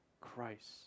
Christ